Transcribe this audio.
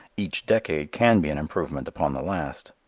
each decade can be an improvement upon the last.